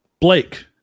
Blake